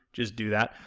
just do that.